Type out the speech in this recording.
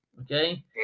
Okay